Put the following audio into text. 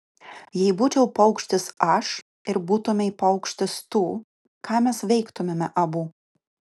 jei būčiau paukštis aš ir būtumei paukštis tu ką mes veiktumėme abu